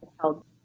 held